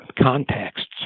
contexts